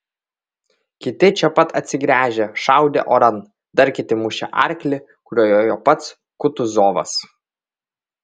kiti čia pat atsigręžę šaudė oran dar kiti mušė arklį kuriuo jojo pats kutuzovas